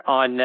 on